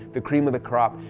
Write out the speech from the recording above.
the cream of the crop.